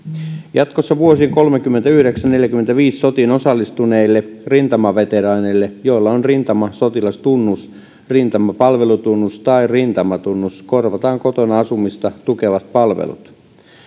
jatkossa vuosien kolmekymmentäyhdeksän viiva neljäkymmentäviisi sotiin osallistuneille rintamaveteraaneille joilla on rintamasotilastunnus rintamapalvelutunnus tai rintamatunnus korvataan kotona asumista tukevat palvelut